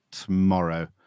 tomorrow